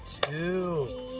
two